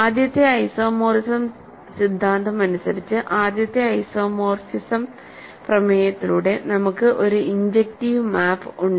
ആദ്യത്തെ ഐസോമോർഫിസം സിദ്ധാന്തം അനുസരിച്ച് ആദ്യത്തെ ഐസോമോർഫിസം പ്രമേയത്തിലൂടെ നമുക്ക് ഒരു ഇൻജെക്ടിവ് മാപ്പ് ഉണ്ട്